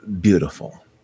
beautiful